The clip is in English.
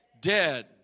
dead